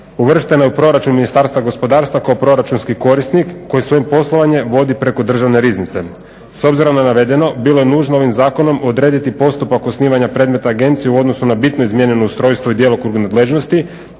uvrštena je proračun Ministarstva gospodarstva kao proračunski korisnik koji svoje poslovanje vodi preko Državne riznice. S obzirom na navedeno bilo je nužno ovim zakonom odrediti postupak osnivanja predmeta agencije u odnosu na bitno izmijenjeno ustrojstvo i djelokrug nadležnosti